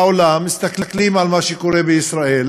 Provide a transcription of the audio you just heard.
בעולם מסתכלים על מה שקורה בישראל